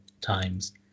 times